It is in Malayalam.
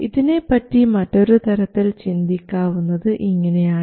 ഇതിനെപ്പറ്റി മറ്റൊരുതരത്തിൽ ചിന്തിക്കാവുന്നത് ഇങ്ങനെയാണ്